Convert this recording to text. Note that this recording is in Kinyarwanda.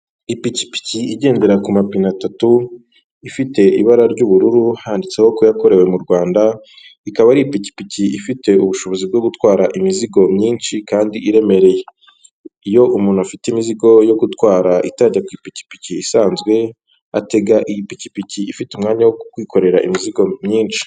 Ipikipiki igendera ku mapine atatu, ifite ibara ry'ubururu, handitseho ko yakorewe mu Rwanda, ikaba ari ipikipiki ifite ubushobozi bwo gutwara imizigo myinshi kandi iremereye. Iyo umuntu afite imizigo yo gutwara itajya ku ipikipiki isanzwe, atega iyi pikipiki ifite umwanya wo kwikorera imizigo myinshi.